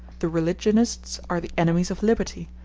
the religionists are the enemies of liberty,